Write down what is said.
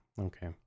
okay